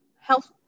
health